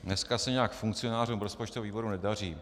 Dneska se nějak funkcionářům rozpočtového výboru nedaří.